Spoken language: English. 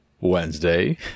Wednesday